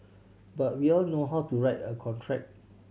but we all know how to write a contract